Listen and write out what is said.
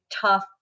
tough